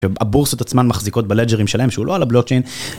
הבורסות עצמן מחזיקות בלג'רים שלהם שהוא לא על הבלוקצ'ין.